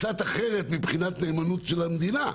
קצת אחרת, מבחינת נאמנות למדינה,